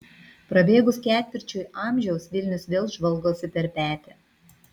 prabėgus ketvirčiui amžiaus vilnius vėl žvalgosi per petį